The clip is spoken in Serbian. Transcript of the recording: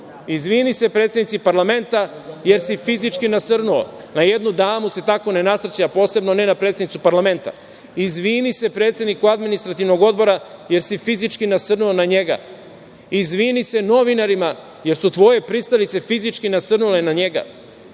izvini se predsednici parlamenta jer si fizički nasrnuo. Na jednu damu se tako ne nasrće, a posebno ne na predsednicu parlamenta. Izvini se predsedniku Administrativnog odbora, jer si fizički nasrnuo na njega. Izvini se novinarima, jer su tvoje pristalice fizički nasrnule na njega.